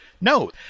no